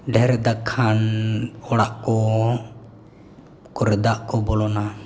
ᱰᱷᱮᱨᱮ ᱫᱟᱜ ᱠᱷᱟᱱ ᱚᱲᱟᱜ ᱠᱚ ᱠᱚᱨᱮ ᱫᱟᱜ ᱠᱚ ᱵᱚᱞᱚᱱᱟ